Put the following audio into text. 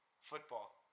football